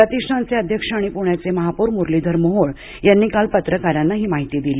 प्रतिष्ठानचे अध्यक्ष आणि पण्याचे महापौर मुरलीधर मोहोळ यांनी काल पत्रकारांना ही माहिती दिली